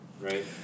right